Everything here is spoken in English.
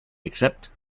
except